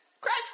crash